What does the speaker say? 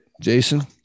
Jason